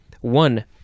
One